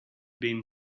been